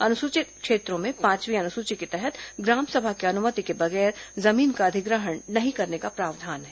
अनुसूचित क्षेत्रों में पांचवी अनुसूची के तहत ग्राम सभा की अनुमति के बगैर जमीन का अधिग्रहण नहीं करने का प्रावधान है